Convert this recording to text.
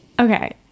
Okay